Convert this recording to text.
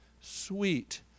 sweet